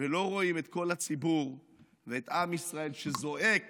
ולא רואים את כל הציבור ואת עם ישראל שזועק